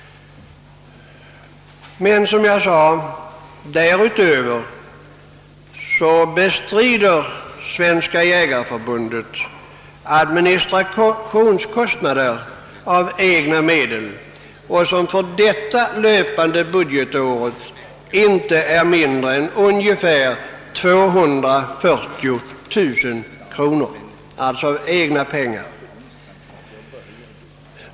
Men därutöver bestrider, som jag sade, Svenska jägareförbundet = administrationskostnader av egna medel — för det löpande budgetåret inte mindre än ca 240 000 kronor.